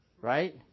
Right